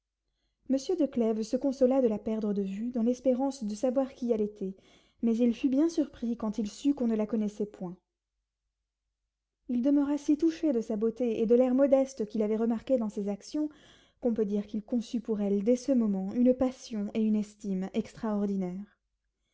monsieur de clèves se consola de la perdre de vue dans l'espérance de savoir qui elle était mais il fut bien surpris quand il sut qu'on ne la connaissait point il demeura si touché de sa beauté et de l'air modeste qu'il avait remarqué dans ses actions qu'on peut dire qu'il conçut pour elle dès ce moment une passion et une estime extraordinaires